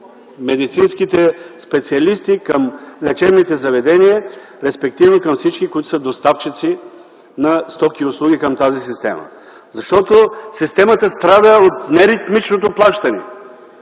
медицинските специалисти, към лечебните заведения, респективно към всички, които са доставчици на стоки и услуги към тази система, защото системата страда от неритмичното плащане.